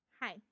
Hi